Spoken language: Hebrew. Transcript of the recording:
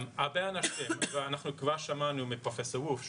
הרבה אנשים, וכבר שמענו מפרופ' וולף,